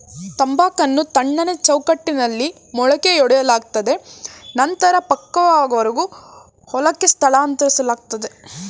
ತಂಬಾಕನ್ನು ತಣ್ಣನೆ ಚೌಕಟ್ಟಲ್ಲಿ ಮೊಳಕೆಯೊಡೆಯಲಾಗ್ತದೆ ನಂತ್ರ ಪಕ್ವವಾಗುವರೆಗೆ ಹೊಲಕ್ಕೆ ಸ್ಥಳಾಂತರಿಸ್ಲಾಗ್ತದೆ